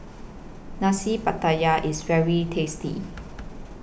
Nasi Pattaya IS very tasty